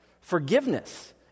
Forgiveness